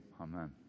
amen